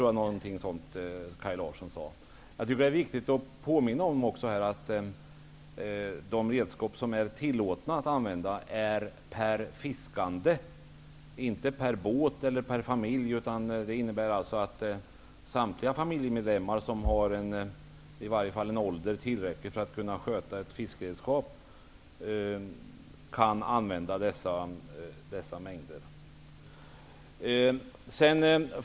Jag tycker att det är viktigt att också påminna om att de redskap som är tillåtna gäller per fiskande, inte per båt eller per familj. Det innebär att samtliga familjemedlemmar som är tillräckligt gamla för att kunna sköta ett fiskeredskap kan använda dessa mängder.